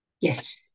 yes